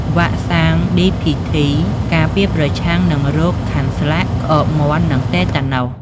វ៉ាក់សាំង DPT ការពារប្រឆាំងនឹងរោគខាន់ស្លាក់ ក្អកមាន់ និងតេតាណូស។